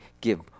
give